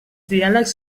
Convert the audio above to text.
diàlegs